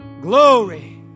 glory